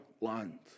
land